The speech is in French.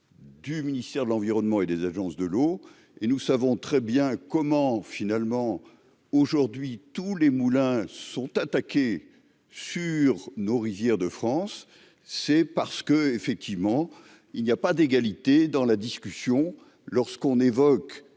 Du ministère de l'environnement et des agences de l'eau et nous savons très bien comment finalement aujourd'hui tous les moulins sont attaqués sur nos rivières de France, c'est parce que, effectivement, il n'y a pas d'égalité dans la discussion lorsqu'on évoque